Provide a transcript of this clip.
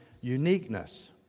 uniqueness